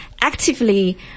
actively